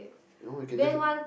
you want I can just